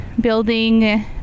building